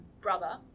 brother